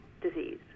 disease